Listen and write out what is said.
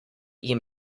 jim